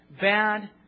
bad